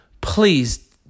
please